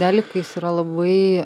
realiai tai jis yra labai